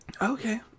Okay